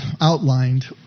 outlined